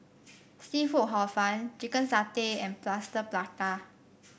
seafood Hor Fun Chicken Satay and Plaster Prata